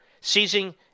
seizing